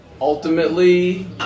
Ultimately